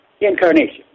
incarnation